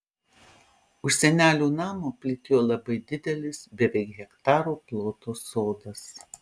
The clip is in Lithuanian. už senelių namo plytėjo labai didelis beveik hektaro ploto sodas